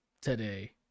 Today